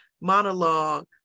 monologue